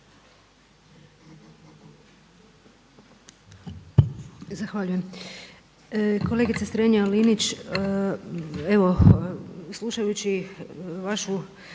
Zahvaljujem. Kolegice Strenja-Linić evo slušajući vašu